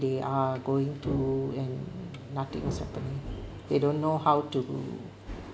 they are going to and nothing happening they don't know how to